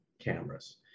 cameras